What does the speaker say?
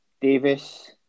Davis